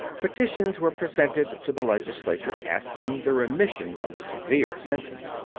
petitions were presented to the legislature asking the remission of the severe sentence.